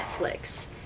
Netflix